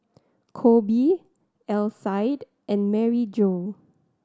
Koby Alcide and Maryjo